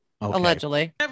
Allegedly